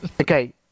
Okay